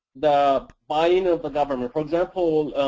the buy-in of the government. for example,